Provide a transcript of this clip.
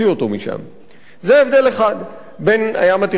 זה הבדל אחד בין הים התיכון לבין מפרץ מקסיקו.